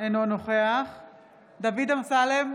אינו נוכח דוד אמסלם,